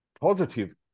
positive